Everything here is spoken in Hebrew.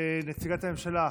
נציגת הממשלה,